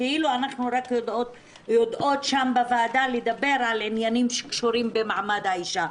וכאילו אנחנו רק יודעות שם בוועדה לדבר על עניינים שקשורים במעמד האישה.